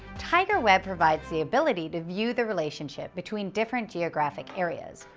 tigerweb provides the ability to view the relationship between different geographic areas,